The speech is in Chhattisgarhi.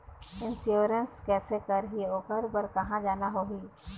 इंश्योरेंस कैसे करही, ओकर बर कहा जाना होही?